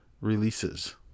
releases